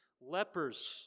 lepers